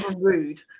rude